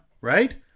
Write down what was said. Right